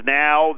now